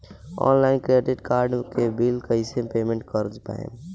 Online credit card के bill कइसे payment कर पाएम?